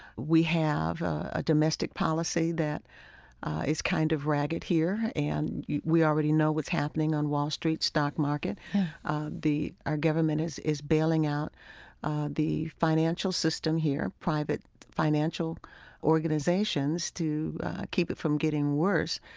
we have a domestic policy that is kind of ragged here, and we already know what's happening on wall street's stock market yeah our government is is bailing out the financial system here, private financial organizations, to keep it from getting worse,